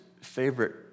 favorite